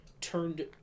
turned